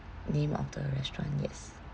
name of the restaurant yes